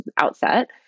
outset